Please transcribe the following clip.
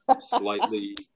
Slightly